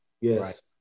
yes